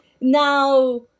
now